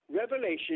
Revelation